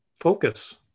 focus